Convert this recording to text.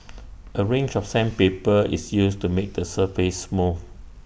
A range of sandpaper is used to make the surface smooth